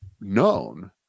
known